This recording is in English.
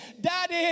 Daddy